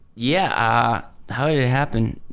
yeah, ah how did it happen?